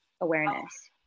awareness